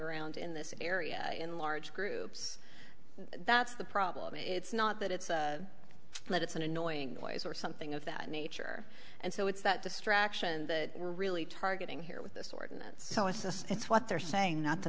around in this area in large groups that's the problem it's not that it's that it's an annoying noise or something of that nature and so it's that distraction that we're really targeting here with this ordinance so it's just it's what they're saying not the